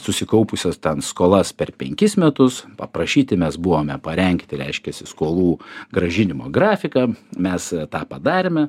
susikaupusias skolas per penkis metus paprašyti mes buvome parengti reiškiasi skolų grąžinimo grafiką mes tą padarėme